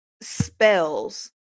spells